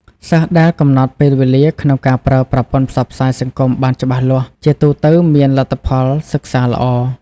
សិស្សដែលកំណត់ពេលវេលាក្នុងការប្រើប្រព័ន្ធផ្សព្វផ្សាយសង្គមបានច្បាស់លាស់ ជាទូទៅមានលទ្ធផលសិក្សាល្អ។